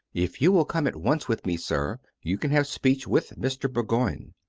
if you will come at once with me, sir, you can have speech with mr. bourgoign.